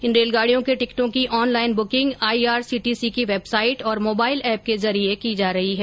इन रेलगाड़ियों के टिकिटों की ऑनलाइन बुकिंग आईआरसीटीसी की वेबसाइट और मोबाईल एप के जरिए की जा रही है